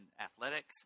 athletics